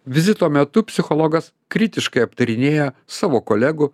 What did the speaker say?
vizito metu psichologas kritiškai aptarinėja savo kolegų